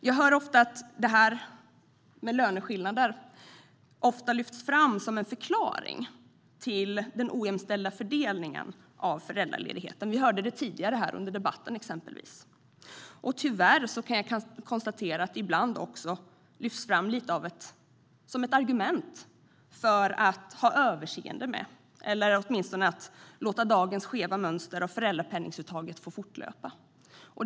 Jag hör ofta löneskillnaderna lyftas fram som en förklaring till den ojämställda fördelningen av föräldraledigheten. Vi hörde det tidigare här under debatten, exempelvis. Tyvärr kan jag konstatera att det ibland också lyfts fram lite som ett argument för att ha överseende med dagens skeva mönster av föräldrapenningsuttaget eller åtminstone låta det fortlöpa.